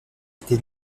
été